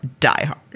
diehard